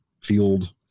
field